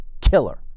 killer